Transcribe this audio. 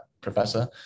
Professor